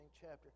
chapter